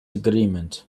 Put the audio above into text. agreement